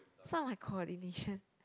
some of my coordination